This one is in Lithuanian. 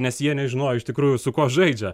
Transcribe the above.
nes jie nežinojo iš tikrųjų su kuo žaidžia